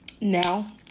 now